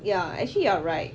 ya actually you are right